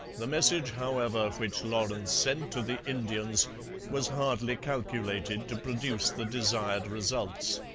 the message, however, which lawrence sent to the indians was hardly calculated to produce the desired results.